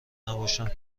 نباشم